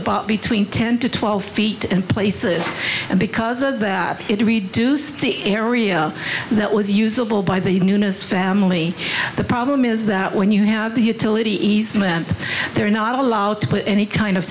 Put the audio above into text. about between ten to twelve feet and places and because of that it reduced the area that was usable by the newness family the problem is that when you have the utility easement they're not allowed to put any kind of